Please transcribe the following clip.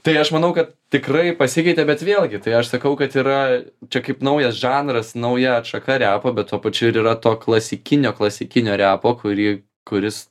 tai aš manau kad tikrai pasikeitė bet vėlgi tai aš sakau kad yra čia kaip naujas žanras nauja atšaka repo bet tuo pačiu ir yra to klasikinio klasikinio repo kurį kuris